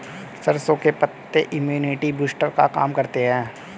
सरसों के पत्ते इम्युनिटी बूस्टर का काम करते है